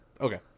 okay